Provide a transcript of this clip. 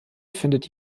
findet